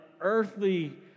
earthly